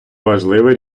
важливе